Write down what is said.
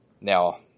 Now